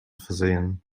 versehen